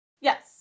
Yes